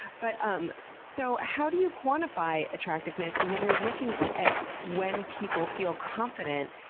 but um so how do you quantify attractiveness, and when you're looking at when people feel confident,